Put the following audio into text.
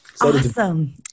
Awesome